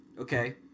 Okay